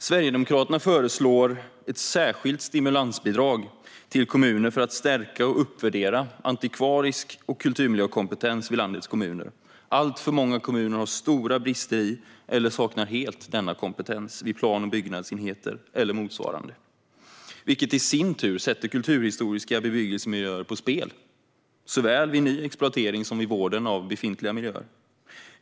Sverigedemokraterna föreslår ett särskilt stimulansbidrag till kommuner för att stärka och uppvärdera antikvarisk kompetens och kulturmiljökompetens i landets kommuner. Alltför många kommuner har stora brister i fråga om detta eller saknar helt denna kompetens vid plan och byggnadsenheter eller motsvarande. Detta sätter i sin tur kulturhistoriska bebyggelsemiljöer på spel, såväl vid ny exploatering som vid vården av befintliga miljöer.